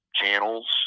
channels